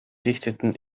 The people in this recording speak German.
richteten